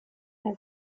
film